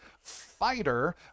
fighter